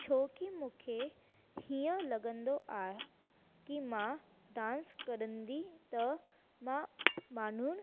छोकी मूंखे हीअं लॻंदो आहे की मां डांस करंदी त मां मानुण